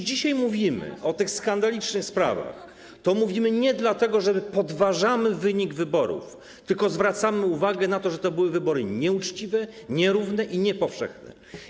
Jeśli dzisiaj mówimy o tych skandalicznych sprawach, to mówimy nie dlatego, że my podważamy wynik wyborów, tylko zwracamy uwagę na to, że to były wybory nieuczciwe, nierówne i niepowszechne.